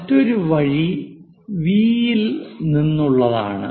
മറ്റൊരു വഴി വി യിൽ നിന്നുള്ളതാണ്